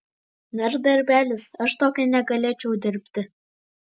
na ir darbelis aš tokio negalėčiau dirbti